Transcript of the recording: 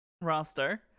roster